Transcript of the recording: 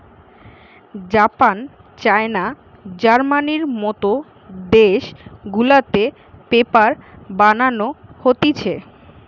Japan, China, জার্মানির মত দেশ গুলাতে পেপার বানানো হতিছে